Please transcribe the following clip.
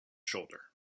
shoulder